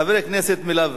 חבר כנסת, מילא,